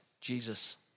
Jesus